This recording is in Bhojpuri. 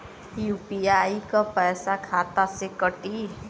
यू.पी.आई क पैसा खाता से कटी?